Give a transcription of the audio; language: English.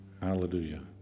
Hallelujah